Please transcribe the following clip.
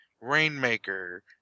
Rainmaker